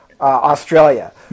Australia